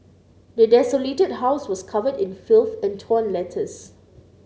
the desolated house was covered in filth and torn letters